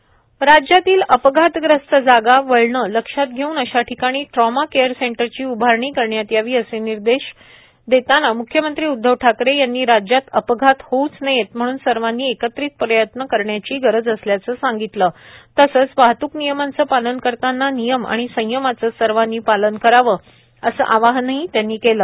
म्ख्यमंत्री राज्यातील अपघातग्रस्त जागा वळणे लक्षात घेऊन अशा ठिकाणी ट्रॉमा केअर सेंटरची उभारणी करण्यात यावी असे निर्देश देतांना म्ख्यमंत्री उद्धव ठाकरे यांनी राज्यात अपघात होऊच नयेत म्हणून सर्वांनी एकत्रित प्रयत्न करण्याची गरज असल्याचे सांगितले तसेच वाहतूक नियमांचे पालन करतांना नियम आणि संयमाचे सर्वांनी पालन करावे असे आवाहनही त्यांनी केले